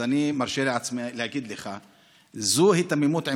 אז אני מרשה לעצמי להגיד לך: זו היתממות,